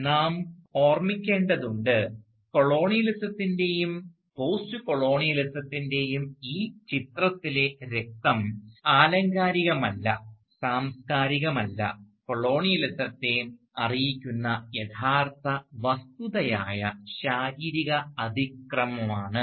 അതിനാൽ നമ്മൾ ഓർമിക്കേണ്ടതുണ്ട് കൊളോണിയലിസത്തിൻറെയും പോസ്റ്റ്കൊളോണിയലിസത്തിൻറെയും ഈ ചിത്രത്തിലെ രക്തം ആലങ്കാരികമല്ല സാംസ്കാരികമല്ല കൊളോണിയലിസത്തെ അറിയിക്കുന്ന യഥാർത്ഥ വസ്തുതയായ ശാരീരിക അതിക്രമമാണ്